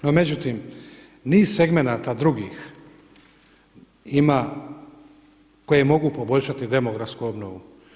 No međutim, niz segmenata drugih ima koje mogu poboljšati demografsku obnovu.